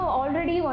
already